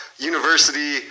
University